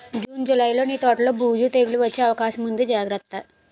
June, జూలైలో నీ తోటలో బూజు, తెగులూ వచ్చే అవకాశముంది జాగ్రత్త